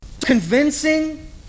Convincing